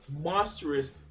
monstrous